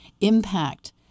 impact